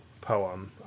poem